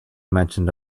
mentioned